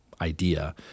idea